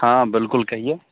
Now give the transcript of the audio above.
ہاں بالکل کہیے